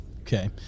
Okay